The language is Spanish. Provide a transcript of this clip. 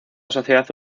sociedad